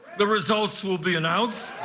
the results will be announced.